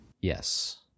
Yes